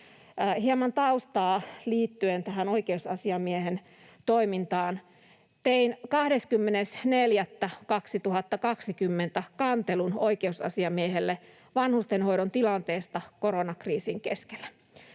Hieman taustaa liittyen tähän oikeusasiamiehen toimintaan. Tein 20.4.2020 kantelun oikeusasiamiehelle vanhustenhoidon tilanteesta koronakriisin keskellä.